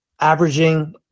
averaging